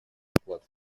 вклад